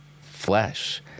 flesh